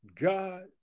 God